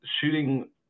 shooting